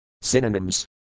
Synonyms